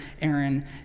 Aaron